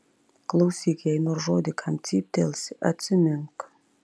klausyk jei nors žodį kam cyptelsi atsimink